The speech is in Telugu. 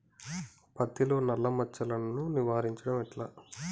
పత్తిలో నల్లా మచ్చలను నివారించడం ఎట్లా?